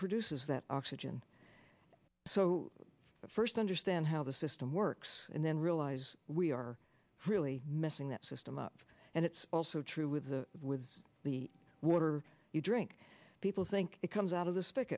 produces that oxygen so first understand how the system works and then realize we are really messing that system up and it's also true with the with the water you drink people think it comes out of the stick